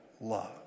love